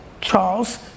Charles